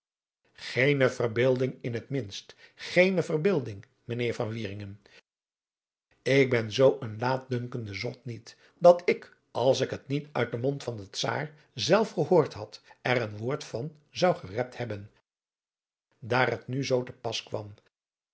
geene verbeelding in het minst geene verbeelding mijnheer van wieringen ik ben zoo een laatdunkende zot niet dat ik als ik het niet uit den mond van den czaar zelf gehoord had er een woord van zou gerept hebben daar het nu zoo te pas kwam